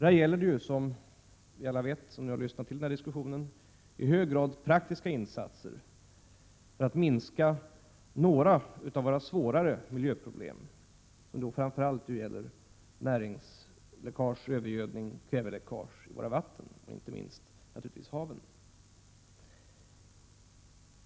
Här gäller det, som alla som har lyssnat på diskussionen vet, i hög grad praktiska insatser för att minska några av våra svårare miljöproblem, som då framför allt gäller näringsläckage, övergödning, kväveläckage i våra vatten och inte minst i haven.